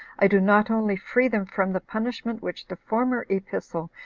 i do not only free them from the punishment which the former epistle,